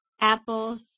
apples